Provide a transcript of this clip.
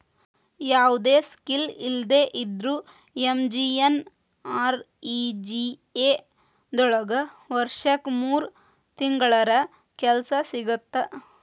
ಯಾವ್ದು ಸ್ಕಿಲ್ ಇಲ್ದೆ ಇದ್ರೂ ಎಂ.ಜಿ.ಎನ್.ಆರ್.ಇ.ಜಿ.ಎ ದೊಳಗ ವರ್ಷಕ್ ಮೂರ್ ತಿಂಗಳರ ಕೆಲ್ಸ ಸಿಗತ್ತ